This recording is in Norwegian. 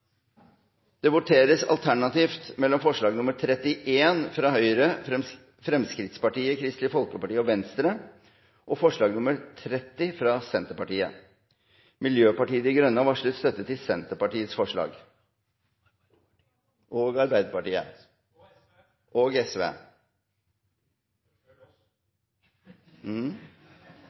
Det voteres alternativt mellom forslag nr. 31, fra Høyre, Fremskrittspartiet, Kristelig Folkeparti og Venstre, og forslag nr. 30, fra Senterpartiet. Forslag